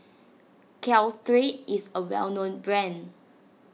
Caltrate is a well known brand